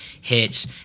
hits